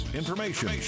information